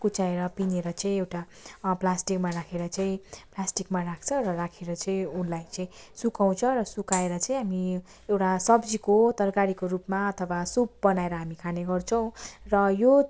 कुच्चाएर पिनेर चाहिँ एउटा प्लास्टिकमा राखेर चाहिँ प्लास्टिकमा राख्छ र राखेर चाहिँ उसलाई चाहिँ सुकाउँछ र सुकाएर चाहिँ अनि एउटा सब्जीको तरकारीको रूपमा अथवा सुप बनाएर हामी खाने गर्छौँ र यो